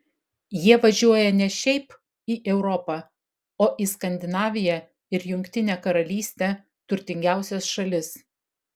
jie važiuoja ne šiaip į europą o į skandinaviją ir jungtinę karalystę turtingiausias šalis